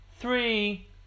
Three